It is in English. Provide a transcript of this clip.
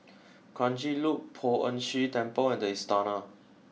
Kranji Loop Poh Ern Shih Temple and the Istana